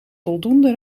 voldoende